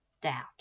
doubt